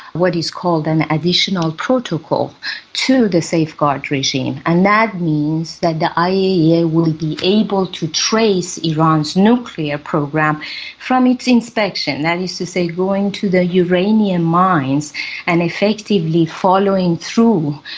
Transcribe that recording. what is called an additional protocol to the safeguard regime. and that means that the iaea will be able to trace iran's nuclear program from its inspection, that is to say going to the uranium mines and effectively following through,